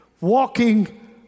walking